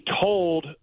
told